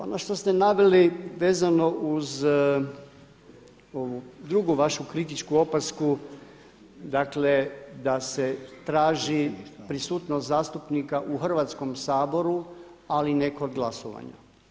Ono što ste naveli vezano uz ovu drugu vašu kritičku opasku, dakle da se traži prisutnost zastupnika u Hrvatskom saboru ali ne kod glasovanja.